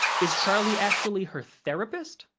is charlie actually her therapist?